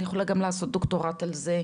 אני יכולה גם לעשות דוקטורט על זה,